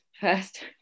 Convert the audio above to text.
first